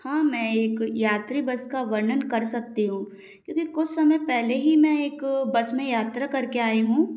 हाँ मैं एक यात्री बस का वर्णन कर सकती हूँ क्योंकि कुछ समय पहले ही मैं एक बस में यात्रा कर के आई हूँ